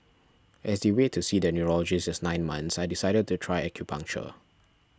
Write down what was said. as the wait to see the neurologist is nine months I decided to try acupuncture